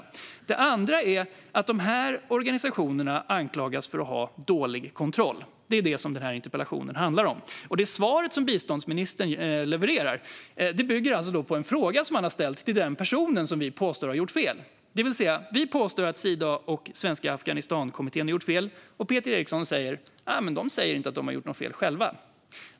För det andra anklagas dessa organisationer för att ha dålig kontroll. Det är vad interpellationen handlar om. Det svar som biståndsministern levererar bygger på en fråga som han har ställt till den person som vi påstår har gjort fel. Vi påstår alltså att Sida och Svenska Afghanistankommittén har gjort fel, och då säger Peter Eriksson att de själva säger att de inte har gjort något fel.